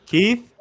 Keith